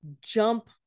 jump